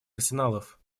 арсеналов